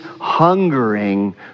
hungering